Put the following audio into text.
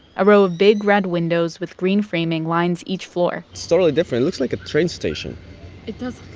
a row of big red windows with green framing lines each floor it's totally different. it looks like a train station it does